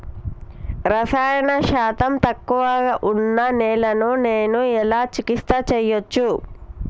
రసాయన శాతం తక్కువ ఉన్న నేలను నేను ఎలా చికిత్స చేయచ్చు?